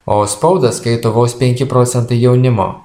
o spaudą skaito vos penki procentai jaunimo